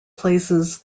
places